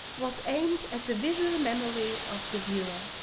was aimed at the visual memory of the viewer.